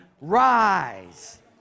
Rise